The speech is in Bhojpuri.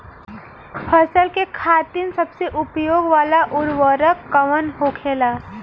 फसल के खातिन सबसे उपयोग वाला उर्वरक कवन होखेला?